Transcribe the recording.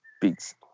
beats